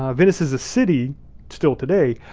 ah venice is a city still today,